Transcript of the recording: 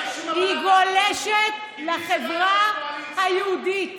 בלי זה לא הייתה לכם קואליציה.